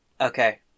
Okay